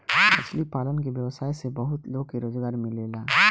मछली पालन के व्यवसाय से बहुत लोग के रोजगार मिलेला